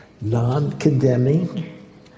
non-condemning